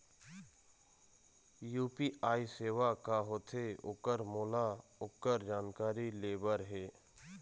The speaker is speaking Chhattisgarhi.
यू.पी.आई सेवा का होथे ओकर मोला ओकर जानकारी ले बर हे?